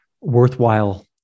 worthwhile